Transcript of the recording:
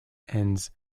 ends